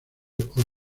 otra